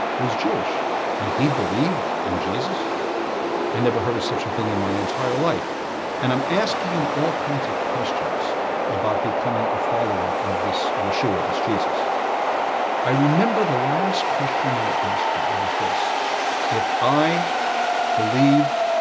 was jewish and he believed in jesus i never heard of such a thing in my entire life and i'm asking him all kinds of questions about becoming a follower of this yeshua this jesus i remember the last question i asked him and was this if i believe